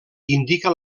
indica